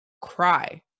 cry